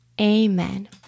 Amen